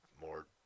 more